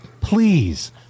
please